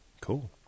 Cool